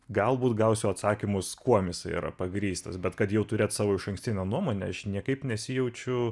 galbūt gausiu atsakymus kuom jisai yra pagrįstas bet kad jau turėt savo išankstinę nuomonę aš niekaip nesijaučiu